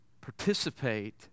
participate